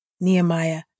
Nehemiah